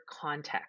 context